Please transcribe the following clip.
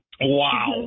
Wow